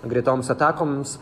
greitoms atakoms